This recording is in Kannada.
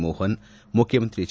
ಮೋಹನ್ ಮುಖ್ಯಮಂತ್ರಿ ಎಚ್